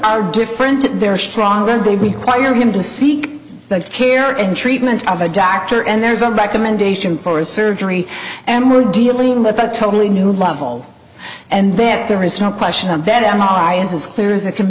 are different they're stronger they require him to seek the care and treatment of a doctor and there's a recommendation for surgery and we're dealing with a totally new level and there is no question that i'm not i is as clear as it can